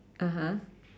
(uh huh)